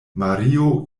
mario